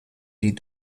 die